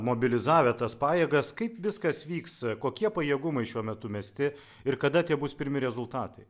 mobilizavę tas pajėgas kaip viskas vyks kokie pajėgumai šiuo metu mesti ir kada bus pirmi rezultatai